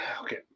Okay